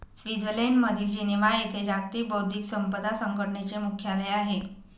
स्वित्झर्लंडमधील जिनेव्हा येथे जागतिक बौद्धिक संपदा संघटनेचे मुख्यालय आहे